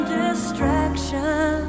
distraction